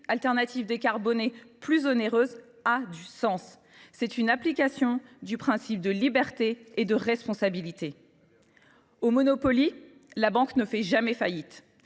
alternative décarbonée plus onéreuse : c’est une application du principe de liberté et de responsabilité. Très bien ! Au Monopoly, la banque ne fait jamais faillite,